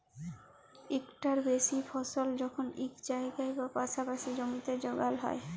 ইকটার বেশি ফসল যখল ইক জায়গায় বা পাসাপাসি জমিতে যগাল হ্যয়